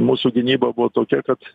mūsų gynyba buvo tokia kad